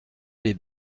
les